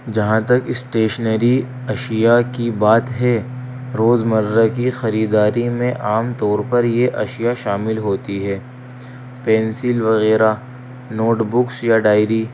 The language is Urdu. جہاں تک اسٹیشنری اشیاء کی بات ہے روز مرہ کی خریداری میں عام طور پر یہ اشیاء شامل ہوتی ہے پینسل وغیرہ نوٹ بکس یا ڈائری